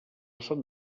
són